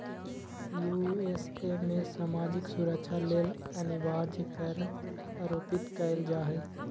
USA में सामाजिक सुरक्षा लेल अनिवार्ज कर आरोपित कएल जा हइ